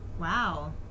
Wow